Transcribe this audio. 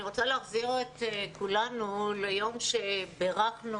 אני רוצה להחזיר את כולנו ליום שבו בירכנו